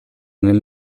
nel